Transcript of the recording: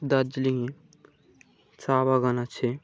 দার্জিলিংয়ে চা বাগান আছে